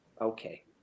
Okay